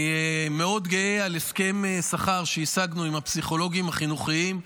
אני גאה מאוד על הסכם השכר שהגשנו עם הפסיכולוגים החינוכיים,